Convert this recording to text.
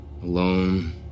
Alone